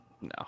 No